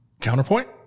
counterpoint